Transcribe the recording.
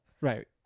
Right